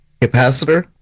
capacitor